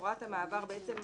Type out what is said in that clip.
הוראת המעבר אומרת